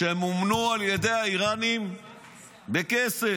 שמומנו על ידי האיראנים בכסף.